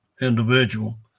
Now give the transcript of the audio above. individual